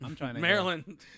Maryland